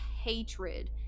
hatred